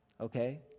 okay